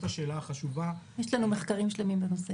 השאלה החשובה --- יש לנו מחקרים שלמים בנושא הזה.